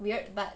weird but